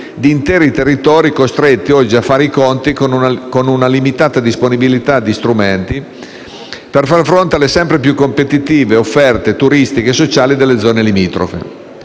di interi territori costretti oggi a fare i conti con una limitata disponibilità di strumenti per far fronte alla sempre più competitive offerte turistiche e sociali delle zone limitrofe.